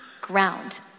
ground